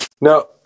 No